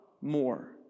more